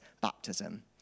baptism